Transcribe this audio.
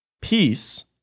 Peace